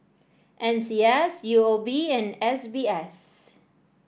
N C S U O B and S B S